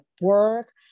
work